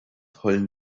heulen